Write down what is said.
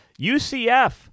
UCF